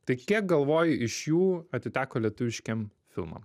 tai kiek galvoji iš jų atiteko lietuviškiem filmam